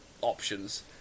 options